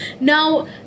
Now